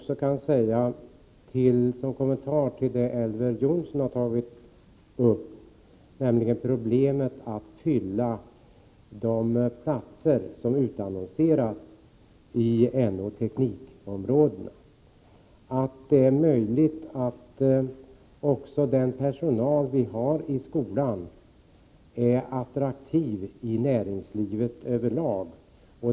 Som kommentar till det Elver Jonsson har tagit upp, nämligen problemet att fylla de platser som utannonseras på no/teknik-områdena, vill jag säga att det är möjligt att den personal som vi har i skolan är attraktiv i näringslivet över lag.